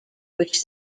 which